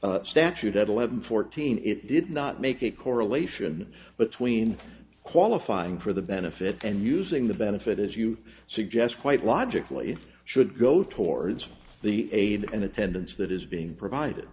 wrote statute at eleven fourteen it did not make a correlation between qualifying for the benefit and using the benefit as you suggest quite logically it should go towards the aid and attendance that is being provided